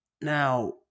Now